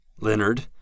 Leonard